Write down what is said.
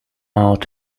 out